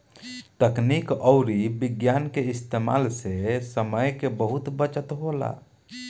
तकनीक अउरी विज्ञान के इस्तेमाल से समय के बहुत बचत होला